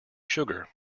sugar